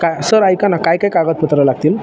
का सर ऐका ना काय काय कागदपत्रं लागतील